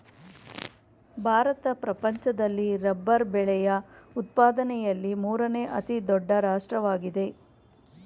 ಭಾರತ ಪ್ರಪಂಚದಲ್ಲಿ ರಬ್ಬರ್ ಬೆಳೆಯ ಉತ್ಪಾದನೆಯಲ್ಲಿ ಮೂರನೇ ಅತಿ ದೊಡ್ಡ ರಾಷ್ಟ್ರವಾಗಿದೆ